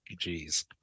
Jeez